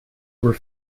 were